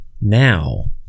Now